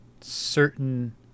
certain